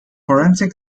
forensic